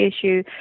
issue